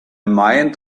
mind